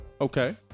Okay